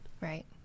right